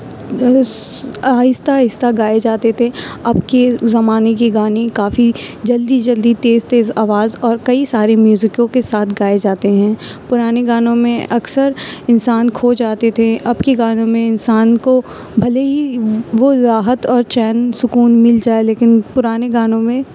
آہستہ آہستہ گائے جاتے تھے اب کے زمانے کے گانے کافی جلدی جلدی تیز تیز آواز اور کئی سارے میوزیکوں کے ساتھ گائے جاتے ہیں پرانے گانوں میں اکثر انسان کھو جاتے تھے اب کے گانوں میں انسان کو بھلے ہی وہ راحت اور چین سکون مل جائے لیکن پرانے گانوں میں